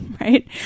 right